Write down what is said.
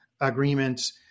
agreements